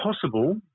possible